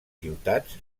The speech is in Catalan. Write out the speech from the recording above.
ciutats